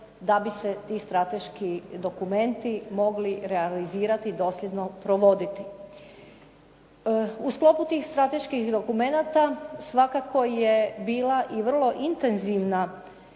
da bi se ti strateški dokumenti mogli realizirati, dosljedno provoditi. U sklopu tih strateških dokumenata svakako je bila i vrlo intenzivna